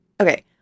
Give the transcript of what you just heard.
okay